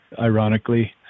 ironically